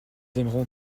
aimeront